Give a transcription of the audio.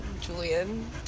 Julian